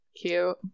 cute